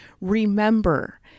Remember